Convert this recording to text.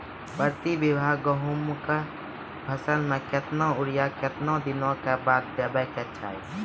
प्रति बीघा गेहूँमक फसल मे कतबा यूरिया कतवा दिनऽक बाद देवाक चाही?